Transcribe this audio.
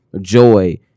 joy